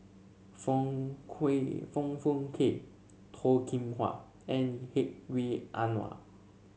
Foong Kui Foong Fook Kay Toh Kim Hwa and Hedwig Anuar